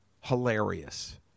hilarious